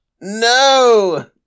No